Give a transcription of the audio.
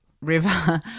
river